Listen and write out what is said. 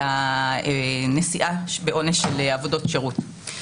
ונשיאה בעונש של עבודות שירות.